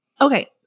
Okay